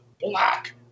black